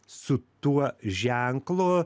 su tuo ženklu